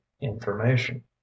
information